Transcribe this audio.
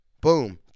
Boom